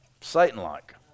Satan-like